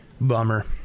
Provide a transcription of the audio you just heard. Bummer